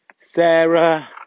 Sarah